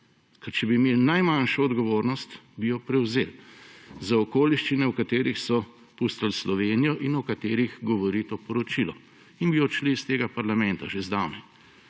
Če bi imeli najmanjšo odgovornost, bi jo prevzeli, za okoliščine, v katerih so pustili Slovenijo in o katerih govori to poročilo, in bi odšli iz tega parlamenta že zdavnaj